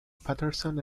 paterson